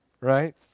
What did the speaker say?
Right